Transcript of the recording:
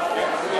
כלכלה.